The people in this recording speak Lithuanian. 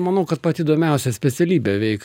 manau kad pati įdomiausia specialybė veik